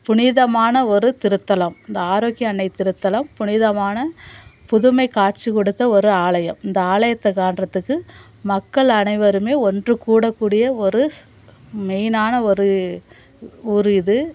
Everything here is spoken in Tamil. புனிதமான ஒரு திருத்தலம் இந்த ஆரோக்கிய அன்னை திருத்தலம் புனிதமான புதுமை காட்சிக் கொடுத்த ஒரு ஆலயம் இந்த ஆலயத்தை காட்டுறதுக்கு மக்கள் அனைவருமே ஒன்றுக்கூடக் கூடிய ஒரு மெயினான ஒரு ஊர் இது